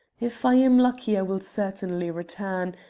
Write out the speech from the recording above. if i am lucky i will certainly return,